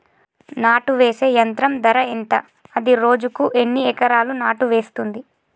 నాటు వేసే యంత్రం ధర ఎంత? అది రోజుకు ఎన్ని ఎకరాలు నాటు వేస్తుంది?